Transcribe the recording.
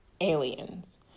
aliens